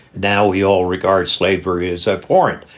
now we all regard slavery is abhorrent.